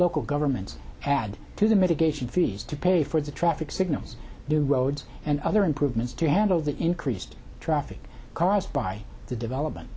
local governments add to the mitigation fees to pay for the traffic signals new roads and other improvements to handle the increased traffic caused by the development